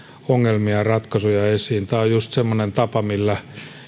ongelmia ja ratkaisuja esiin tämä on just semmoinen tapa millä